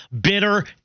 bitter